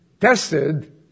tested